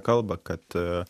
kalba kad